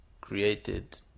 created